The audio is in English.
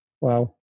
Wow